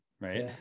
Right